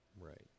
Right